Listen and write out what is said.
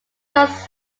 does